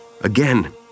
Again